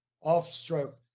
off-stroke